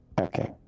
Okay